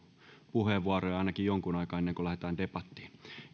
puheenvuoroja ainakin jonkun aikaa ennen kuin lähdetään debattiin